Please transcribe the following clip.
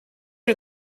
did